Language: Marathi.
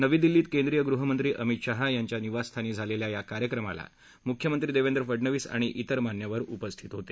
नवी दिल्लीत केंद्रीय गृहमक्षी अमित शाह याच्या निवासस्थानी झालेल्या या कार्यक्रमाला मुख्यमक्ती देवेंद्र फडणवीस आणि इतर मान्यवर उपस्थित होते